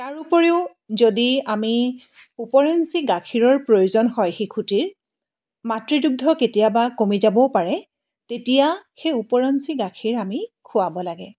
ইয়াৰ উপৰিও যদি আমি উপৰিঞ্চি গাখীৰৰ প্ৰয়োজন হয় শিশুটিৰ মাতৃদুগ্ধ কেতিয়াবা কমি যাবও পাৰে তেতিয়া সেই উপৰিঞ্চি গাখীৰ আমি খুৱাব লাগে